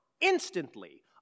instantly